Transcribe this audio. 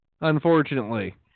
unfortunately